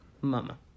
mama